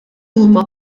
huma